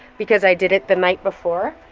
because i did it the night before.